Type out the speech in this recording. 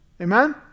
Amen